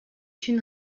une